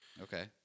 Okay